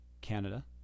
Canada